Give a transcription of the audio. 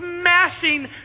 smashing